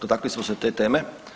Dotakli smo se te teme.